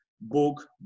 book